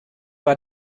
war